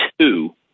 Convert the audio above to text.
two